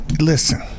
Listen